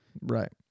Right